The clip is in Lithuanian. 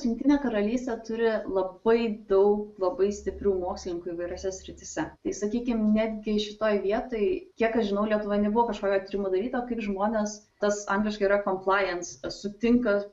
jungtinė karalystė turi labai daug labai stiprių mokslininkų įvairiose srityse tai sakykim netgi šitoj vietoj kiek aš žinau lietuvoj nebuvo kažkokio tyrimo daryto kaip žmonės tas angliškai yra komplajens sutinka